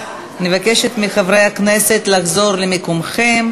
אני מבקשת מחברי הכנסת לחזור למקומותיכם